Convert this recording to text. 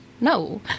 No